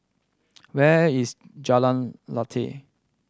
where is Jalan Lateh